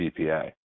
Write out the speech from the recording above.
BPA